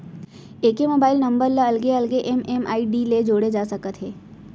एके mobile number ल अलगे अलगे एम.एम.आई.डी ले जोड़े जा सकत हे